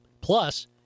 Plus